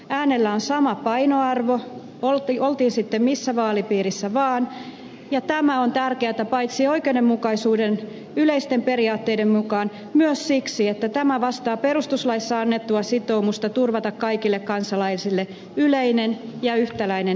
äänellä on sama painoarvo oltiin sitten missä vaalipiirissä vaan ja tämä on tärkeätä paitsi oikeudenmukaisuuden yleisten periaatteiden mukaan myös siksi että tämä vastaa perustuslaissa annettua sitoumusta turvata kaikille kansalaisille yleinen ja yhtäläinen äänioikeus